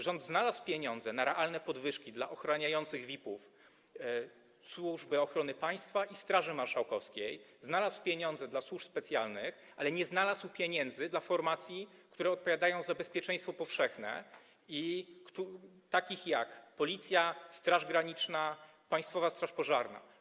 Rząd znalazł pieniądze na realne podwyżki dla ochraniających VIP-ów pracowników Służby Ochrony Państwa i Straży Marszałkowskiej, znalazł pieniądze dla służb specjalnych, ale nie znalazł pieniędzy dla formacji, które odpowiadają za bezpieczeństwo powszechne, tj. dla Policji, Straży Granicznej, Państwowej Straży Pożarnej.